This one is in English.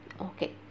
okay